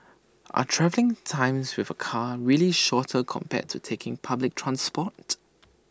are travelling times with A car really shorter compared to taking public transport